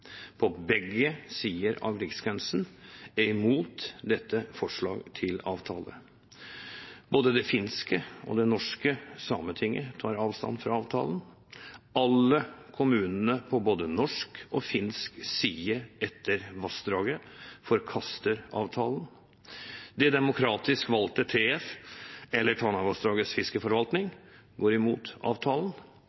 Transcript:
på begge sider av riksgrensen, er imot dette forslaget til avtale. Både det finske og det norske sametinget tar avstand fra avtalen. Alle kommunene på både norsk og finsk side etter vassdraget forkaster avtalen. Det demokratisk valgte TF, altså Tanavassdragets fiskeforvaltning,